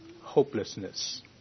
hopelessness